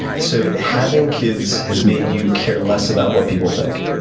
so having kids has made you care less about what people think?